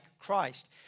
Christ